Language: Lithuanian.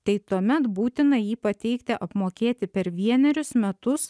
tai tuomet būtina jį pateikti apmokėti per vienerius metus